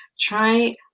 try